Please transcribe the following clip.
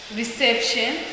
reception